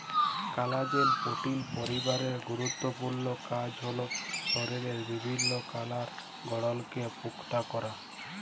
কলাজেল পোটিল পরিবারের গুরুত্তপুর্ল কাজ হ্যল শরীরের বিভিল্ল্য কলার গঢ়লকে পুক্তা ক্যরা